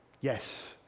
Yes